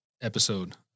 episode